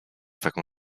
taką